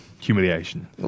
humiliation